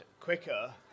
Quicker